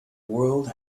world